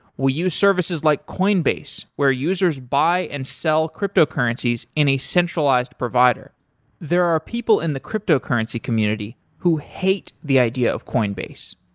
we use services like coinbase, where users buy and sell cryptocurrencies in a centralized provider there are people in the cryptocurrency community who hate the idea of coinbase.